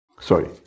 Sorry